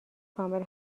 کامل